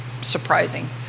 surprising